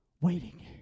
Waiting